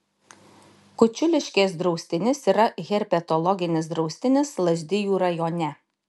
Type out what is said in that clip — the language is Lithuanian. kučiuliškės draustinis yra herpetologinis draustinis lazdijų rajone